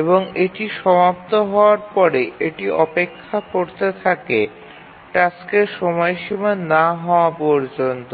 এবং এটি সমাপ্ত হওয়ার পরে এটি অপেক্ষা করতে থাকে টাস্কের সময়সীমা শেষ না হওয়া পর্যন্ত